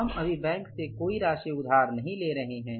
हम अभी बैंक से कोई राशि उधार नहीं ले रहे हैं